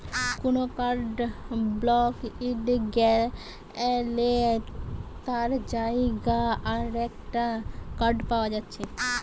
কুনো card block হই গ্যালে তার জাগায় আরেকটা কার্ড পায়া যাচ্ছে